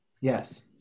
Yes